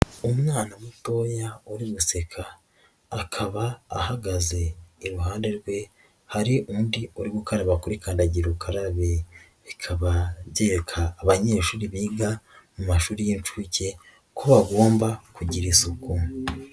Umwana mutoya uri guseka, akaba ahagaze iruhande rwe, hari undi uri gukaraba kuri kandagirukarabe, bikaba byereka abanyeshuri biga mu mashuri y'inshuke ko bagomba kugira isuku.